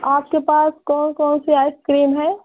आपके पास कौन कौन सी आइस क्रीम है